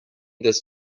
this